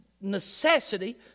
necessity